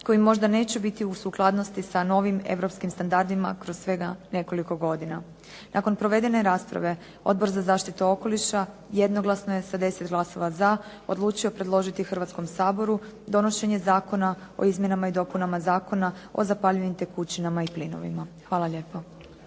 koje možda neće biti u sukladnosti sa novim europskim standardima kroz svega nekoliko godina. Nakon provedene rasprave Odbor za zaštitu okoliša jednoglasno je sa 10 glasova za odlučio predložiti Hrvatskom saboru donošenje zakona o izmjenama i dopunama Zakona o zapaljivim tekućinama i plinovima. Hvala lijepo.